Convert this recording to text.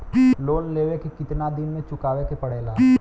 Loan लेवे के कितना दिन मे चुकावे के पड़ेला?